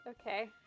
Okay